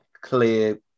clear